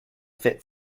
fit